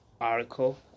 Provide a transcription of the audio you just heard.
article